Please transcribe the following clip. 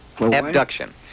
Abduction